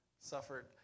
suffered